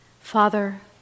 Father